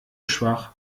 schwach